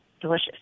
delicious